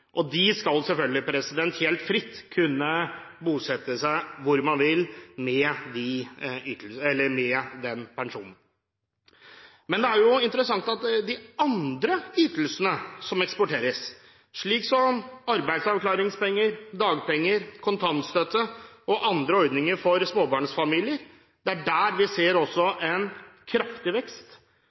skal selvfølgelig helt fritt kunne bosette seg hvor man vil med den pensjonen. Men det er jo interessant at i de andre ytelsene som eksporteres, slik som arbeidsavklaringspenger, dagpenger, kontantstøtte og andre ordninger for småbarnsfamilier, ser vi også en kraftig vekst. Vi ser som sagt også